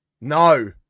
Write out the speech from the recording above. no